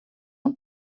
und